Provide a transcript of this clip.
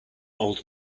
old